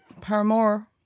Paramore